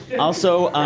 also.